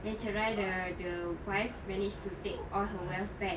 then cerai the the wife manage to take all her wealth back